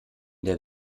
der